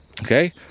okay